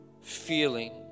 feeling